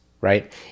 right